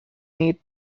need